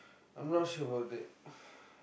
I'm not sure about that